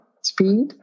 speed